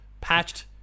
Patched